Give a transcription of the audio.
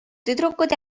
tüdrukud